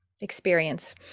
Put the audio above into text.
experience